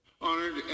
Honored